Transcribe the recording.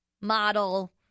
model